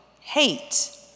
hate